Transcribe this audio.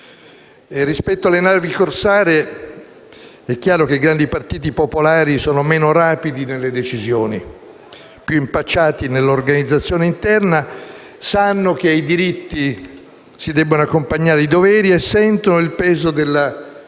Rispetto alle navi corsare, è chiaro che i grandi partiti popolari sono meno rapidi nelle decisioni, più impacciati nell'organizzazione interna e sanno che ai diritti si debbono accompagnare i doveri e sentono il peso della concreta